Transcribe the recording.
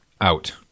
out